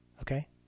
okay